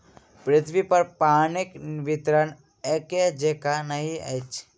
पृथ्वीपर पानिक वितरण एकै जेंका नहि अछि